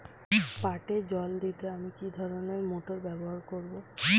পাটে জল দিতে আমি কি ধরনের মোটর ব্যবহার করব?